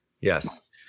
Yes